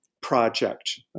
project